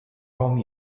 home